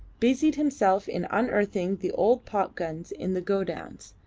busied himself in unearthing the old popguns in the godowns,